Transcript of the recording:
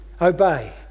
Obey